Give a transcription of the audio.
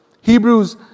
Hebrews